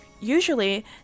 Usually